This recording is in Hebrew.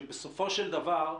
שבסופו של דבר,